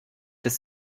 des